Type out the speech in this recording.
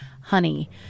honey